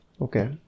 Okay